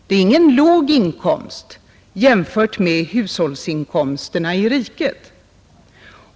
Det är ingen låg inkomst jämfört med hushållsinkomsterna i riket.